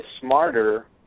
smarter